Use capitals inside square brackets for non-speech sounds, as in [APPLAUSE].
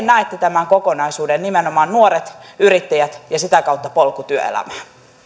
[UNINTELLIGIBLE] näette tämän kokonaisuuden nimenomaan nuoret yrittäjät ja sitä kautta polku työelämään